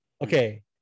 okay